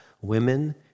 women